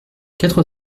quatre